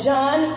John